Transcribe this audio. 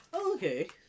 Okay